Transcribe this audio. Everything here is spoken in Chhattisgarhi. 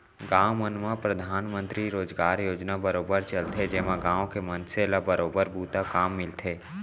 गाँव मन म परधानमंतरी रोजगार योजना बरोबर चलथे जेमा गाँव के मनसे ल बरोबर बूता काम मिलथे